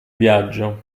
viaggio